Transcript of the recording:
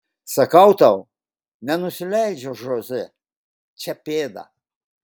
sakau tau nenusileidžia žoze čia pėda